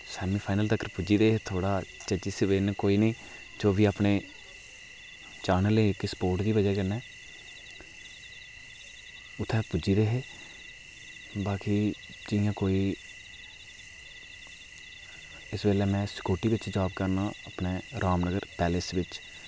semi final तक्कर पुज्जी गेदे पर थोह्ड़ा पर जिस दिन कोई निं जो बी अपने चैनल दी इक स्पोर्ट दी बजह् कन्नै उत्थै पुज्जी दे हे बाकी जि'यां कोई इस बेल्लै में सिक्योरटी बिच जॉब करना आं अपने रामनगर पैलेस बिच